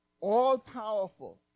all-powerful